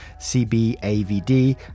CBAVD